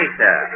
sir